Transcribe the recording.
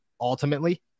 ultimately